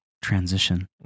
Transition